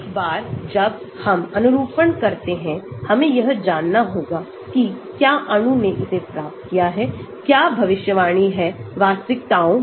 एक बार जब हम अनुरूपण करते हैं हमें यह जानना होगा कि क्या अणु ने इसे प्राप्त किया है क्या भविष्यवाणी है वास्तविकताओं में